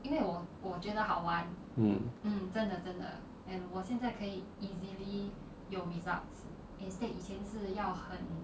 mm